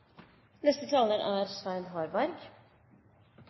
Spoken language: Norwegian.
Neste taler er